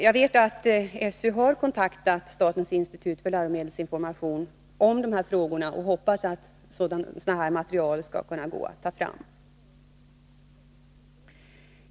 Jag vet att SÖ har kontaktat statens institut för läromedelsinformation om dessa frågor, och jag hoppas att det skall gå att ta fram ett sådant här material.